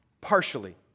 partially